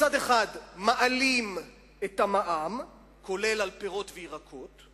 מצד אחד מעלים את המע"מ, זה כולל גם פירות וירקות,